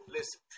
Listen